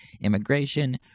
immigration